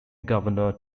governor